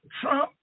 Trump